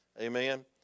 Amen